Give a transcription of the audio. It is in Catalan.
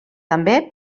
també